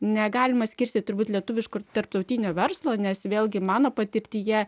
negalima skirstyt turbūt lietuviško ir tarptautinio verslo nes vėlgi mano patirtyje